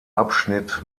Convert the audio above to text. abschnitt